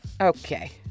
Okay